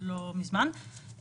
לא מזמן.